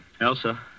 Elsa